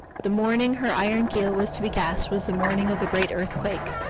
the morning her iron keel was to be cast was the morning of the great earthquake.